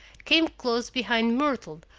came close behind myrtle,